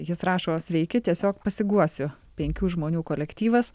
jis rašo sveiki tiesiog pasiguosiu penkių žmonių kolektyvas